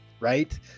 right